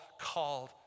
called